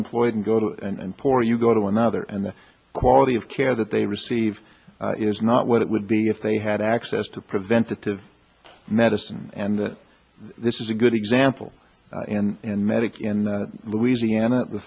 employed and go to and poor you go to another and the quality of care that they receive is not what it would be if they had access to preventative medicine and this is a good example medic in louisiana the